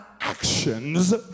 actions